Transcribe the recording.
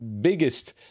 biggest